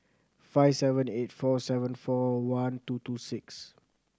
five seven eight four seven four one two two six